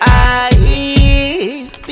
eyes